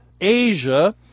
Asia